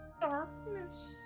Darkness